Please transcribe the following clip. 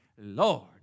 Lord